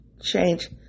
change